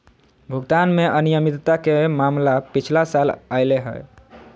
भुगतान में अनियमितता के मामला पिछला साल अयले हल